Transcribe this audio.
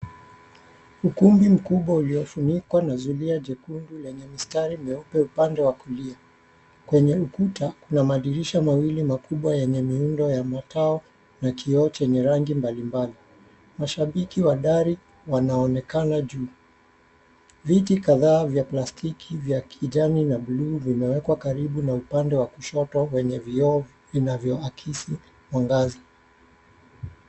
Ukumbi mkubwa uliofunikwa na zulia jekundu lenye mistari mieupe upande wa kulia. Kwenye ukuta kuna madirisha mawili makubwa yenye miundo ya matao na kioo chenye rangi mbalimbali . Mashabiki wa dari wanaonekana juu. Viti kadhaa vya plastiki vya kijani na bluu vimewekwa karibu na upande wa kushoto wenye vioo vinavyo akisi mwangaza.